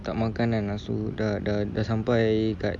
tak makan kan lepas tu dah dah dah dah sampai dekat